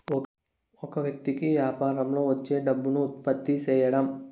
ఒక వ్యక్తి కి యాపారంలో వచ్చే డబ్బును ఉత్పత్తి సేయడం